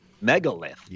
megalith